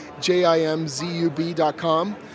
J-I-M-Z-U-B.com